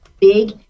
big